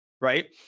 right